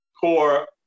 core